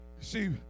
see